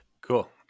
Cool